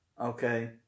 Okay